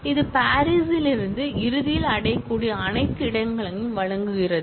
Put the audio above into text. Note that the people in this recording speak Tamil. இது பாரிஸிலிருந்து இறுதியில் அடையக்கூடிய அனைத்து இடங்களையும் வழங்குகிறது